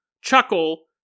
Chuckle